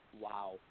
wow